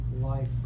life